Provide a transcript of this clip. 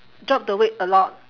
drop the weight a lot